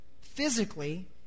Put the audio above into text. Physically